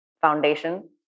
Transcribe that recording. foundation